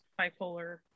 bipolar